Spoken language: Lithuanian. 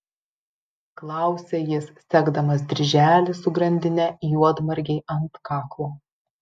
klausia jis segdamas dirželį su grandine juodmargei ant kaklo